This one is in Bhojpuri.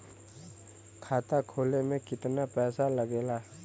खाता खोले में कितना पैसा लगेला?